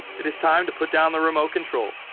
it is time to put down the remote control,